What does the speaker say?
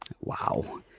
Wow